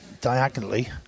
diagonally